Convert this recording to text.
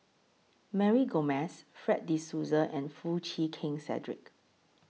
Mary Gomes Fred De Souza and Foo Chee Keng Cedric